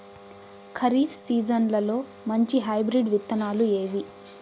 ఖరీఫ్ సీజన్లలో మంచి హైబ్రిడ్ విత్తనాలు ఏవి